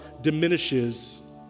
diminishes